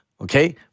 okay